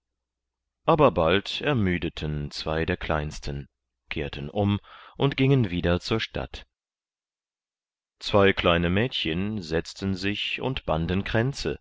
aber bald ermüdeten zwei der kleinsten kehrten um und gingen wieder zur stadt zwei kleine mädchen setzten sich und